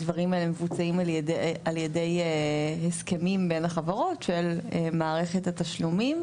הדברים האלה מבוצעים על ידי הסכמים בין החברות של מערכת התשלומים.